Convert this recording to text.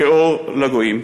כאור לגויים.